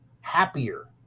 happier